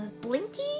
Blinky